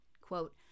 Quote